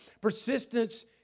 Persistence